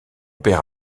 père